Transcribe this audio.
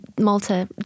Malta